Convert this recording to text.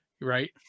Right